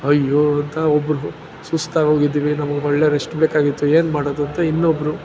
ಅಯ್ಯೋ ಅಂತ ಒಬ್ಬರು ಸುಸ್ತಾಗೋಗಿದ್ವಿ ನಮ್ಗೆಒಳ್ಳೆ ರೆಸ್ಟ್ ಬೇಕಾಗಿತ್ತು ಏನ್ಮಾಡೋದು ಅಂತ ಇನ್ನೊಬ್ಬರು